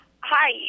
Hi